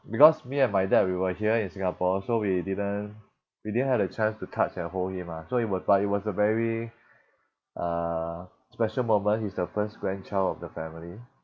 because me and my dad we were here in Singapore so we didn't we didn't had a chance to touch and hold him mah so it was but it was a very uh special moment he's the first grandchild of the family